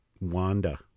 Wanda